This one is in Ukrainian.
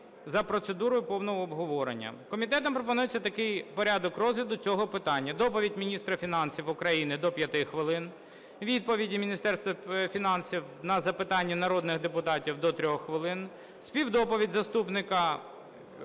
за процедурою повного обговорення. Комітетом пропонується такий порядок розгляду цього питання: доповідь міністра фінансів України – до 5 хвилин, відповіді Міністерства фінансів на запитання народних депутатів – до 3 хвилин, співдоповідь заступника